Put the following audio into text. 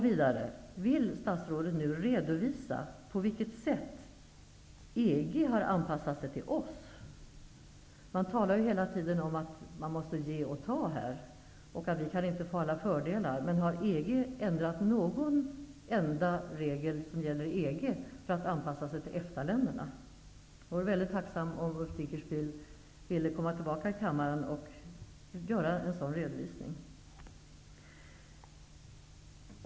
Vill statsrådet nu redovisa på vilket sätt EG har anpassat sig till oss? Man talar hela tiden om att man måste ge och ta och att vi inte kan få alla fördelar. Men har EG ändrat någon enda regel för att anpassa sig till EFTA-länderna? Jag vore mycket tacksam om Ulf Dinkelspiel ville komma tillbaka till kammaren och göra en sådan redovisning.